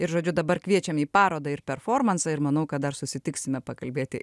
ir žodžiu dabar kviečiam į parodą ir performansą ir manau kad dar susitiksime pakalbėti